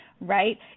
right